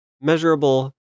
measurable